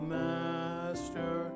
master